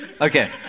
Okay